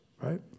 right